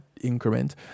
increment